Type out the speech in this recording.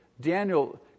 Daniel